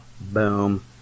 boom